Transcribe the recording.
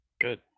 Good